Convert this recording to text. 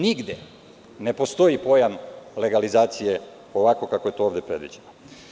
Nigde ne postoji pojam legalizacije ovako kako je to ovde predviđeno.